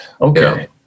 Okay